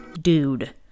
Dude